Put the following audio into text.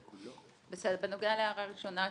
בנוגע להערה ראשונה.